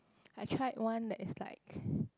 I tried one that is like